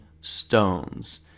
stones